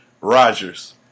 Rogers